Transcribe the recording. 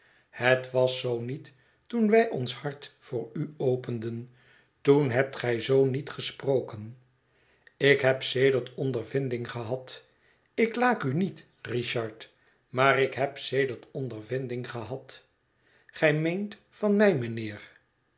het was zoo niet toen wij ons hart voor u openden toen hebt gij zoo niet gesproken ik heb sedert ondervinding gehad ik laak u niet richard maar ik heb sedert ondervinding gehad gij meent van mij mijnheer